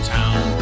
town